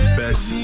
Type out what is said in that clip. best